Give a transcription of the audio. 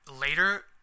Later